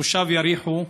תושב יריחו,